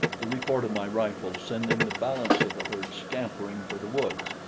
the report of my rifle sending the balance of the herd scampering for the woods,